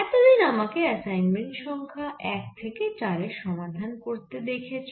এতদিন আমাকে অ্যাসাইনমেন্ট সংখ্যা এক থেকে চারের সমাধান করতে দেখেছ